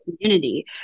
community